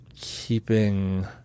keeping